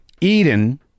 eden